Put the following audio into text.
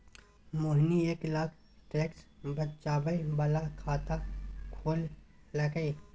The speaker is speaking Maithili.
मोहिनी एक लाख टैक्स बचाबै बला खाता खोललकै